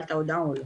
קיבלת הודעה או לא.